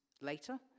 later